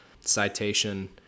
citation